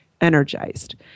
energized